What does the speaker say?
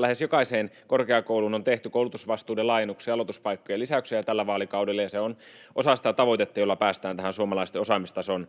Lähes jokaiseen korkeakouluun on tehty koulutusvastuiden laajennuksia ja aloituspaikkojen lisäyksiä tällä vaalikaudella. Se on osa sitä tavoitetta, jolla päästään suomalaisten osaamistason